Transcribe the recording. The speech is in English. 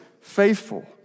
faithful